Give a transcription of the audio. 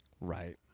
Right